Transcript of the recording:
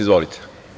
Izvolite.